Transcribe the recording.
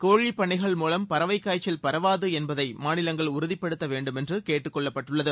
கோழிப்பண்ணைகள் மூவம் பறவை காய்ச்சல் பரவாது என்பதை மாநிலங்கள் உறுதிப்படுத்த வேண்டும் என்று கேட்டுக்கொள்ளப்பட்டுள்ளது